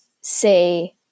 say